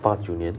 八九年